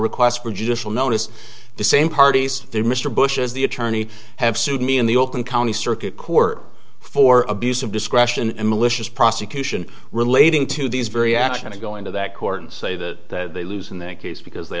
request for judicial notice the same parties there mr bush as the attorney have sued me in the open county circuit court for abuse of discretion and malicious prosecution relating to these very action to go into that court and say that they lose in this case because they